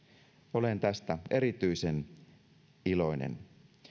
olen tästä erityisen iloinen